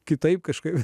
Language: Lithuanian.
kitaip kažkaip